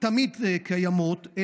תמיד קיימות,